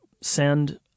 send